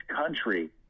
country